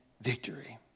victory